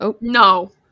No